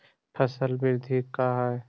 फसल वृद्धि का है?